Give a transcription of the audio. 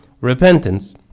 repentance